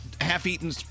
half-eaten